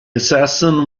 assassin